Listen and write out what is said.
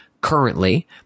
currently